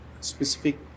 specific